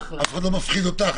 אף אחד לא מפחיד אותך.